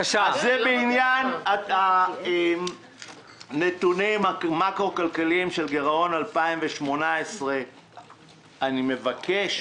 זה בעניין נתוני מאקרו-כלכליים של גרעון 2018. אני מבקש,